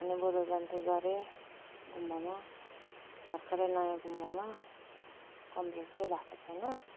अनि बुद्ध जयन्ती गरे गुम्बामा भर्खरै नयाँ गुम्बामा कम्प्लिट चाहिँ भएको छैन